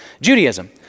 Judaism